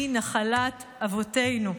היא נחלת אבותינו.